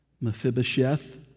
Mephibosheth